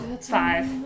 Five